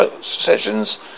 sessions